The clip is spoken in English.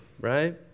right